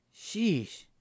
Sheesh